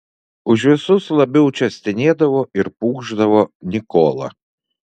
už visus labiau čia stenėdavo ir pūkšdavo nikola